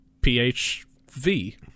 P-H-V